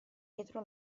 dietro